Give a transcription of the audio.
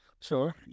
Sure